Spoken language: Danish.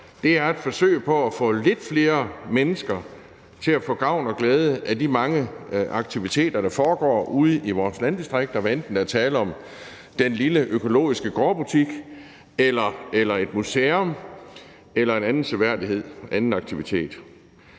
her er et forsøg på at få lidt flere mennesker til at få gavn og glæde af de mange aktiviteter, der foregår ude i vores landdistrikter, hvad enten der er tale om den lille økologiske gårdbutik, et museum eller en anden seværdighed eller aktivitet.